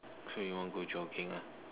so you want go jogging ah